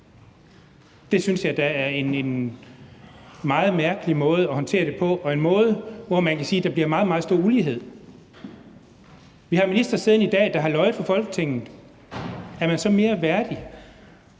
Det synes jeg da er en meget mærkelig måde at håndtere det på – og en måde, hvor man kan sige at der bliver meget, meget stor ulighed. Vi har en minister siddende i dag, der har løjet for Folketinget – er man så mere værdig,